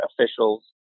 officials